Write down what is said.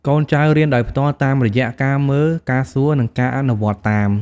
កូនចៅរៀនដោយផ្ទាល់តាមរយៈការមើល ការសួរ និងការអនុវត្តតាម។